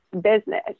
business